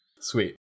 Sweet